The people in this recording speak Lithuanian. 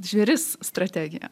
žvėris strategija